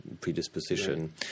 predisposition